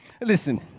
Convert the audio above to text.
listen